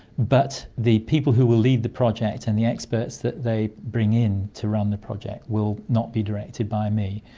but the people who will lead the project and the experts that they bring in to run the project will not be directed by me.